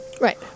right